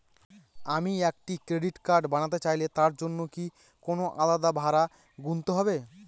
আমি একটি credit card বানাতে চাইলে তার জন্য কি কোনো আলাদা ভাড়া গুনতে হবে?